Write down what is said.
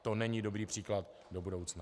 To není dobrý příklad do budoucna.